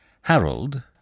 Harold